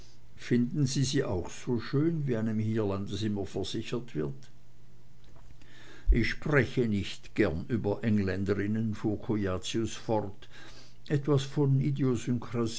finden auch sie sie so schön wie einem hierlandes immer versichert wird ich spreche nicht gern über engländerinnen fuhr cujacius fort etwas von